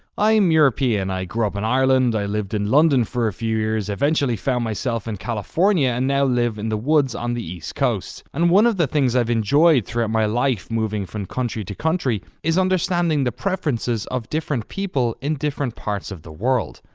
i'm european. i grew up in ireland, i lived in london for a few years, eventually found myself in california and now live in the woods on the east coast. and one of the things i've enjoyed throughout my life, moving from country to country, is understanding the preferences of different people in different parts of the world.